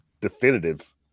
definitive